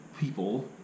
people